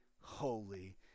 holy